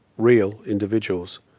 real individuals.